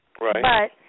Right